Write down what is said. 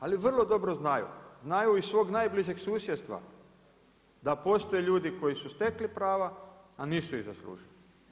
Ali vrlo dobro znaju, znaju iz svog najbližeg susjedstva, da postoje ljudi koji su stekli prava, a nisu ih zaslužili.